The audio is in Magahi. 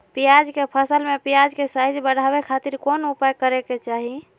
प्याज के फसल में प्याज के साइज बढ़ावे खातिर कौन उपाय करे के चाही?